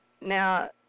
Now